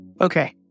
Okay